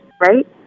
right